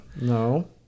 No